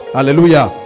Hallelujah